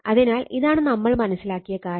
അതിനാൽ ഇതാണ് നമ്മൾ മനസ്സിലാക്കിയ കാര്യം